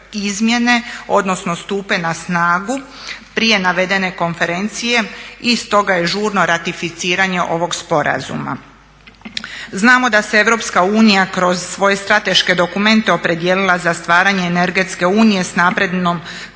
odnosno stupe na snagu prije navedene konferencije i stoga je žurno ratificiranje ovog sporazuma. Znamo da se Europska unija kroz svoje strateške dokumente opredijelila za stvaranje energetske unije s naprednom